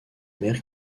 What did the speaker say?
mère